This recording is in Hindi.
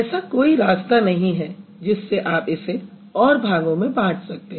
ऐसा कोई रास्ता नहीं है जिससे आप इसे और भागों में बाँट सकते हैं